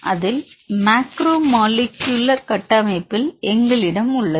அதில் மேக்ரோ மாலி க்குயில்கட்டமைப்பில் எங்களிடம் உள்ளது